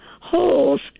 holes